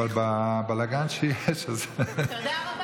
אדוני,